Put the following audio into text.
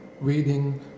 reading